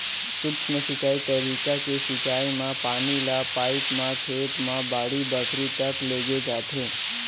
सूक्ष्म सिंचई तरीका के सिंचई म पानी ल पाइप म खेत म बाड़ी बखरी तक लेगे जाथे